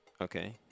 Okay